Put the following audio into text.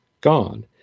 gone